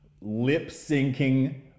lip-syncing